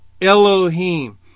Elohim